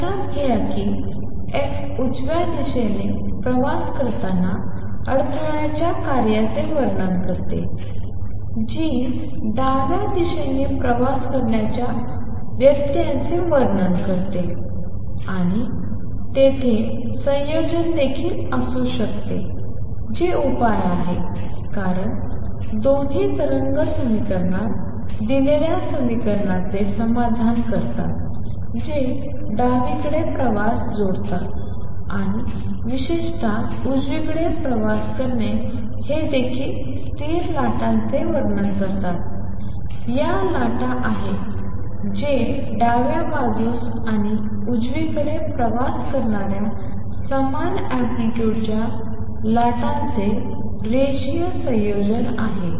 लक्षात घ्या की f उजव्या दिशेने प्रवास करताना अडथळ्याच्या कार्याचे वर्णन करते g डाव्या दिशेने प्रवास करण्याच्या व्यत्ययाचे वर्णन करते आणि तेथे संयोजन देखील असू शकते जे उपाय आहे कारण दोन्ही तरंग समीकरणात दिलेल्या समीकरणाचे समाधान करतात जे डावीकडे प्रवास जोडतात किंवा विशेषतः उजवीकडे प्रवास करणे हे देखील स्थिर लाटेचे वर्णन करते या लाटा आहेत जे डाव्या बाजूस आणि उजवीकडे प्रवास करणाऱ्या समान अँप्लितुडच्या लाटांचे रेषीय संयोजन आहेत